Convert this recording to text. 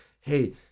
hey